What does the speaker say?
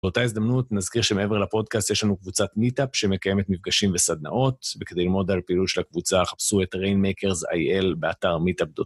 באותה הזדמנות נזכיר שמעבר לפודקאסט יש לנו קבוצת מיטאפ שמקיימת מפגשים וסדנאות, וכדי ללמוד על הפעילות של הקבוצה, חפשו את Rainmakers.il באתר מיטאפ.